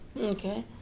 Okay